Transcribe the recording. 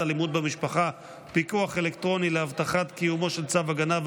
אלימות במשפחה (פיקוח טכנולוגי להבטחת קיומו של צו הגנה,